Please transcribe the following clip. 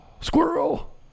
Squirrel